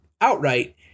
outright